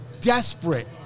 desperate